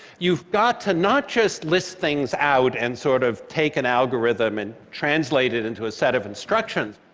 you've got to not just list things out and sort of take an algorithm and translate it into a set of instructions,